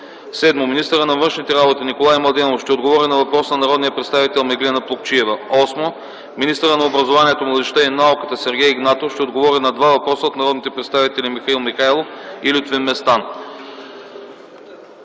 Седмо, министърът на външните работи Николай Младенов ще отговори на въпрос на народния представител Меглена Плугчиева. Осмо, министърът на образованието, младежта и науката Сергей Игнатов ще отговори на два въпроса от народните представители Михаил Михайлов и Лютви Местан.